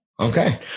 Okay